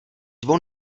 dvou